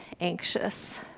anxious